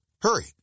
Hurry